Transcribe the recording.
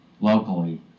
locally